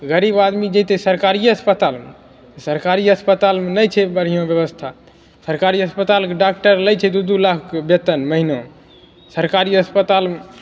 गरीब आदमी जैतै सरकारिए अस्पतालमे ने तऽ सरकारी अस्पतालमे नहि छै बढ़िआँ ब्यवस्था सरकारी अस्पतालके डाक्टर लै छै दू दू लाख बेतन महिना सरकारी अस्पतालमे